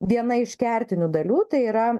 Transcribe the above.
viena iš kertinių dalių tai yra